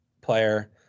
player